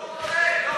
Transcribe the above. הוא לא רוצה.